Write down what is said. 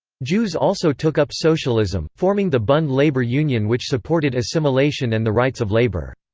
jews also took up socialism, forming the bund labor union which supported assimilation and the rights of labor.